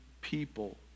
people